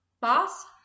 Boss